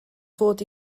fod